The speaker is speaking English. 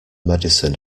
medicine